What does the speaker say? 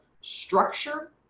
structure